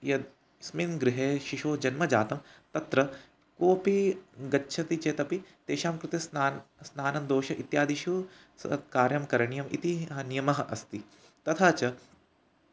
यदस्मिन् गृहे शिशोः जन्मजातं तत्र कोपि गच्छति चेत् अपि तेषां कृते स्नानं स्नानन्दोषः इत्यादिषु स कार्यं करणीयम् इति ह नियमः अस्ति तथा च